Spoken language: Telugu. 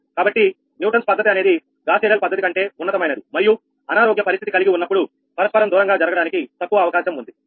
కాబట్టి న్యూటన్స్ పద్ధతి అనేది గాస్ సీడెల్ పద్ధతి కంటే ఉన్నతమైనది మరియు అనారోగ్య పరిస్థితి కలిగి ఉన్నప్పుడు పరస్పరం దూరంగా జరగడానికి తక్కువ అవకాశం ఉంది